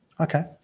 Okay